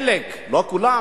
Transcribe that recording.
חלק, לא כולן